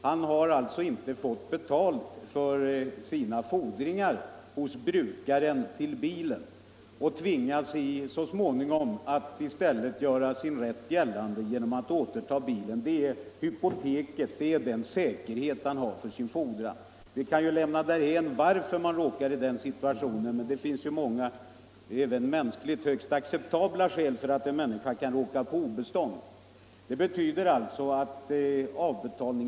Han har inte fått betalt för sina fordringar hos brukaren av bilen och tvingas så småningom i stället göra sin rätt gällande genom att återta bilen. Den är det hypotek han har som säkerhet för sin fordran. Vi kan lämna därhän varför köparen råkar i denna situation. Det finns många, även mänskligt högst acceptabla skäl för att en människa kan råka på obestånd.